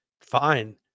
fine